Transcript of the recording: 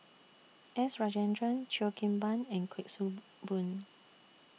S Rajendran Cheo Kim Ban and Kuik Swee Boon